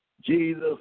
Jesus